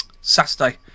Saturday